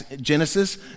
Genesis